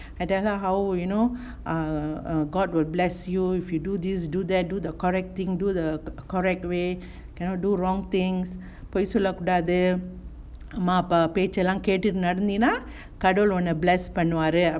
I tell her how you know err err god will bless you if you do this do that do the correct thing do the correct way cannot do wrong things பொய் சொல்லக்கூடாது அம்மா அப்பா பேச்சுகேட்டீன்னா கடவுள் உண்ண:poi sollakkoodathu amaa appaa pecha ketteenna kadavul unna bless பண்ணுவாரு:pannuvaru